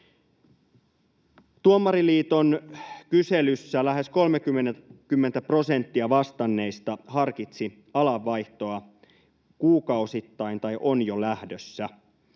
Tuomariliiton kyselyssä lähes 30 prosenttia vastanneista harkitsi alan vaihtoa kuukausittain tai on jo lähdössä.